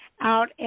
out